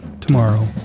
tomorrow